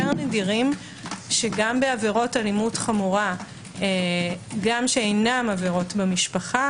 נדירים שגם בעבירות אלימות חמורה גם שאינן במשפחה,